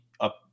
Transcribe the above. up